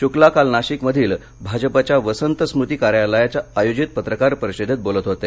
शुक्ला काल नाशिक मधील भाजपच्या वसंत स्मृती कार्यालयात आयोजित पत्रकार परिषदेत बोलत होते